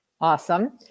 Awesome